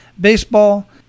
baseball